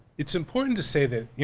it's important to say that, yeah